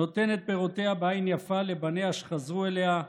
נותנת פירותיה בעין יפה לבניה שחזרו אליה,